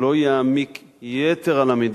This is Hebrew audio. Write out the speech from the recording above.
או לא יעמיק יתר על המידה,